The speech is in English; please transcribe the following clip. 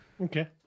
okay